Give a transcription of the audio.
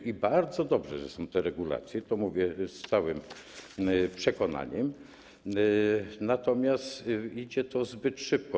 I bardzo dobrze, że są te regulacje, to mówię z całym przekonaniem, natomiast idzie to zbyt szybko.